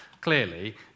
clearly